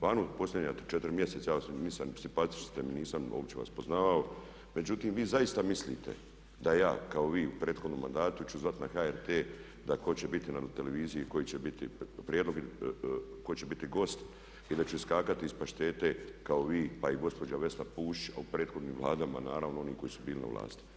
Planut posljednja četiri mjeseca, simpatični ste mi, nisam opće vas poznavao, međutim, vi zaista mislite da ja kao i vi u prethodnom mandatu ću zvat na HRT da tko će biti na televiziji, koji će biti prijedlog, tko će biti gost i da ću iskakati iz paštete kao i vi pa i gospođa Vesna Pusić, a o prethodnim Vladama naravno oni koji su bili na vlasti.